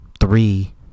three